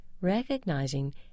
Recognizing